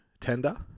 tender